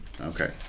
Okay